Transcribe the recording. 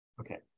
Okay